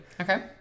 Okay